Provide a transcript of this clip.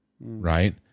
right